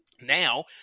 Now